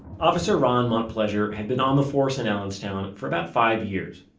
officer ron montplaisir had been on the force in allenstown for about five years,